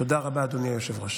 תודה רבה, אדוני היושב-ראש.